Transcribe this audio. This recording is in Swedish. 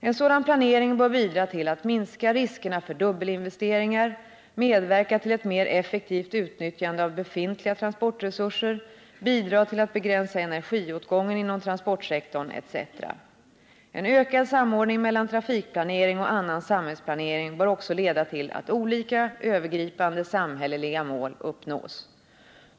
En sådan planering bör bidra till att minska riskerna för dubbelinvesteringar, medverka till ett mer effektivt utnyttjande av befintliga transportresurser, bidra till att begränsa energiåtgången inom transportsektorn etc. En ökad samordning mellan trafikplanering och annan samhällsplanering bör också leda till att olika övergripande samhälleliga mål uppnås.